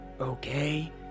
okay